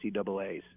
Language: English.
NCAAs